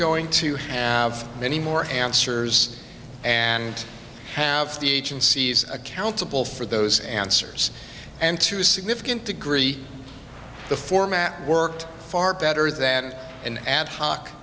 going to have many more answers and have the agencies accountable for those answers and to a significant degree the format worked far better than an ad hoc